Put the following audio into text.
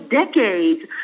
decades